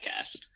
podcast